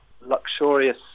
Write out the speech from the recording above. luxurious